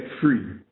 free